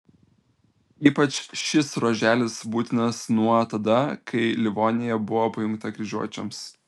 ypač šis ruoželis būtinas nuo tada kai livonija buvo pajungta kryžiuočiams